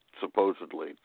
supposedly